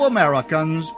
Americans